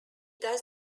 does